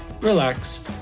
relax